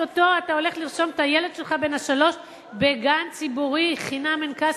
או-טו-טו אתה הולך לרשום את הילד שלך בן השלוש לגן ציבורי חינם אין-כסף.